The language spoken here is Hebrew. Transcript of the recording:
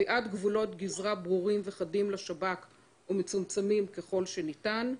קביעת גבולות גזרה ברורים וחדים לשב"כ ומצומצמים ככל שניתן,